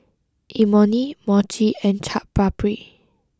Imoni Mochi and Chaat Papri